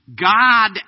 God